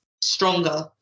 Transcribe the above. stronger